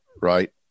right